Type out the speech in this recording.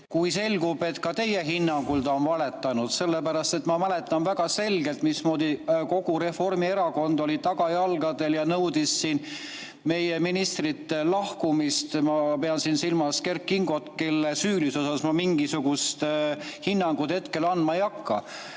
kui selgub, et ka teie hinnangul ta on valetanud. Ma mäletan väga selgelt, mismoodi kogu Reformierakond oli tagajalgadel ja nõudis meie ministri lahkumist. Ma pean silmas Kert Kingot, kelle süülisuse kohta ma mingisugust hinnangut hetkel andma ei hakka.